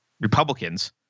Republicans